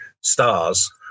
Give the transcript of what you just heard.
stars